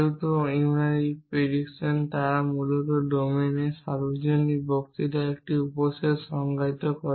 যেহেতু unary predicates তারা মূলত ডোমেনের সার্বজনীন বক্তৃতার একটি উপসেট সংজ্ঞায়িত করে